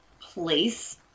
place